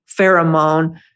pheromone